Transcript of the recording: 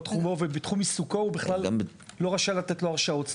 בתחום עיסוקו הוא בכלל לא נותן לו הרשאות.